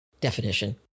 definition